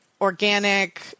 organic